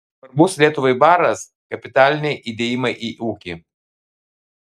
svarbus lietuvai baras kapitaliniai įdėjimai į ūkį